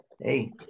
Hey